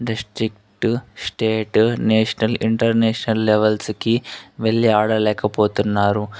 district state national international లెవెల్స్కి వెళ్ళి ఆడలేక పోతున్నారు